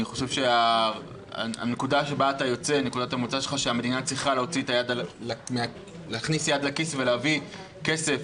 אני חושב שנקודת המוצא שלך שהמדינה צריכה להכניס יד לכיס ולהביא כסף,